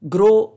Grow